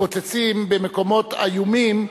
מתפוצצים במקומות איומים,